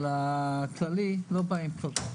אבל מהמגזר הכללי לא באים כל כך,